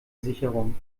sicherung